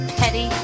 petty